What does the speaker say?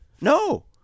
No